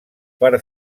per